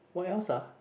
white horse ah